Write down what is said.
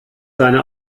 seine